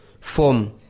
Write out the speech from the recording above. form